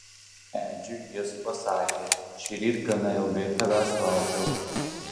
edžiui jis pasakė šįryt gana ilgai tavęs laukiau